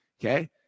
Okay